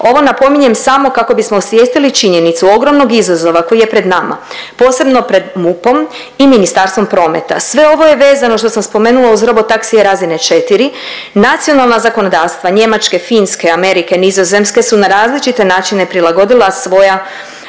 Ovo napominjem samo kako bismo osvijestili činjenicu ogromnog izazova koji je pred nama, posebno pred MUP-om i Ministarstvom prometa. Sve ovo je vezano što sam spomenula uz robotaksije razine 4. Nacionalna zakonodavstva njemačke, finske, amerike, nizozemske su na različite načine prilagodila svoja